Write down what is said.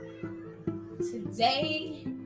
Today